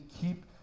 keep